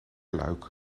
luik